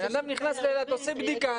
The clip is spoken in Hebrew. בן נכנס לאילת הוא עושה בדיקה,